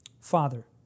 Father